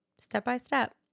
step-by-step